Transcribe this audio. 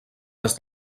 des